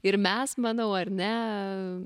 ir mes manau ar ne